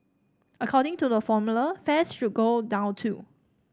according to the formula fares should go down too